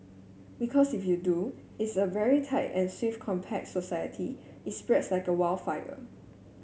because if you do it's a very tight and swift compact society it spreads like wild fire